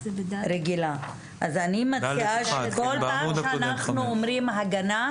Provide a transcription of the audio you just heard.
רגילה, אז אני מציעה שכל פעם שאנחנו אומרים הגנה,